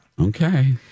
Okay